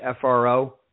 FRO